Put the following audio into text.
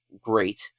great